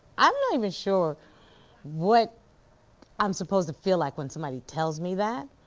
i'm not even sure what i'm supposed to feel like when somebody tells me that.